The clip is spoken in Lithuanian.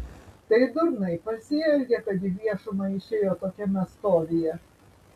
tai durnai pasielgė kad į viešumą išėjo tokiame stovyje